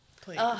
Please